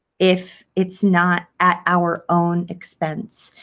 if it's not at our own expense,